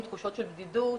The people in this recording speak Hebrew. של בדידות,